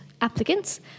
applicants